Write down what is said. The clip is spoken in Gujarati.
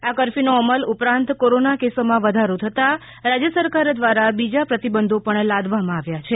આ કફર્યુનો અમલ ઉપરાંત કોરોના કેસોમાં વધારો થતાં રાજ્ય સરકાર દ્વારા બીજા પ્રતિબંધો પણ લાદવામાં આવ્યા છે